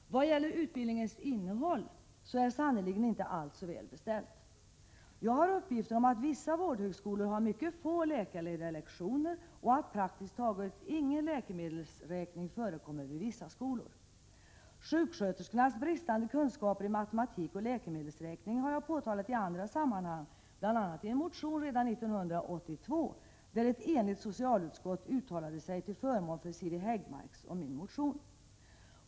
I vad gäller utbildningens innehåll, så är sannerligen inte allt så väl beställt! Jag har uppgifter om att vissa vårdhögskolor har mycket få läkarledda lektioner och att det vid vissa skolor praktiskt taget inte förekommer någon läkemedelsräkning. Sjuksköterskornas bristande kunskaper i matematik och läkemedelsräkning har jag påtalat i andra sammanhang, bl.a. i en motion redan år 1982. Ett enigt socialutskott uttalade sig då till förmån för Siri Häggmarks och min motion.